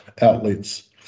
outlets